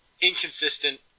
Inconsistent